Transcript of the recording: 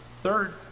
Third